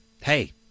hey